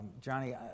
Johnny